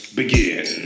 begin